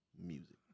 music